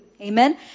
Amen